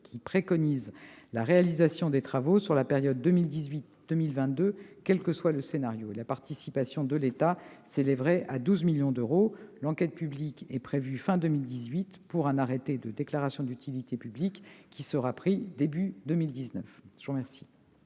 qui préconise la réalisation des travaux sur la période 2018-2022, quel que soit le scénario retenu. La participation de l'État s'élèverait à 12 millions d'euros. L'enquête publique est prévue à la fin de cette année, pour un arrêté de déclaration d'utilité publique qui sera pris au début de l'année prochaine.